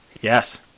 Yes